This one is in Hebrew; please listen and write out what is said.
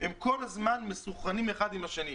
כל הזמן מסונכרנים אחד עם השני,